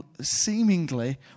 seemingly